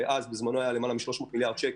למעלה מ-300 מיליארד שקלים,